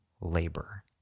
labor